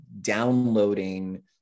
downloading